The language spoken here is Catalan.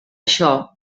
això